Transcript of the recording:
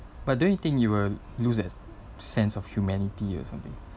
but don't you think you will lose that sense of humanity or something